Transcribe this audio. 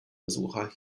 besucher